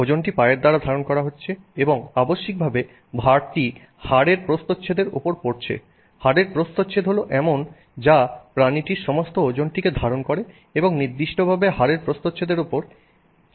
ওজনটি পায়ের দ্বারা ধারণ করা হচ্ছে এবং আবশ্যিকভাবে ভারটি হাড়ের প্রস্থচ্ছেদের ওপর পড়ছে হাড়ের প্রস্থচ্ছেদ হল এমন যা প্রাণীটির সমস্ত ওজনটিকে ধারণ করে এবং নির্দিষ্টভাবে হাড়ের প্রস্থচ্ছেদের ওপরই সমস্ত স্ট্রেস গৃহীত হয়